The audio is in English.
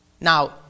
Now